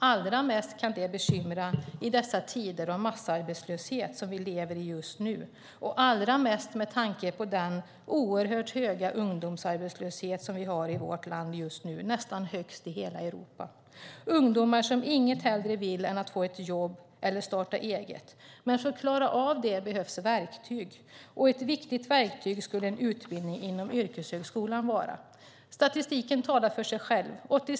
Allra mest kan det bekymra i de tider av massarbetslöshet som vi lever i just nu med tanke på den oerhört höga ungdomsarbetslöshet som vi har i vårt land, nästan den högsta i hela Europa. Det är ungdomar som inget hellre vill än att få ett jobb eller starta eget. Men för att klara av det behövs verktyg, och ett viktigt verktyg skulle en utbildning inom yrkeshögskolan vara. Statistiken talar för sig själv.